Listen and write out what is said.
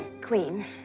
Queen